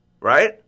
Right